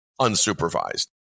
unsupervised